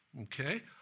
Okay